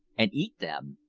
and eat them!